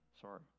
sorry